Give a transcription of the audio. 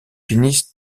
finissent